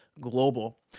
Global